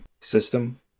system